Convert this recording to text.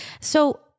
So-